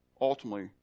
ultimately